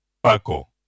Paco